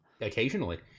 occasionally